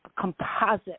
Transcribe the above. composite